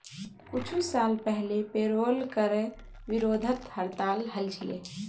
कुछू साल पहले पेरोल करे विरोधत हड़ताल हल छिले